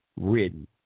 written